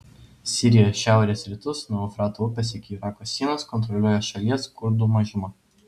sirijos šiaurės rytus nuo eufrato upės iki irako sienos kontroliuoja šalies kurdų mažuma